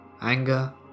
anger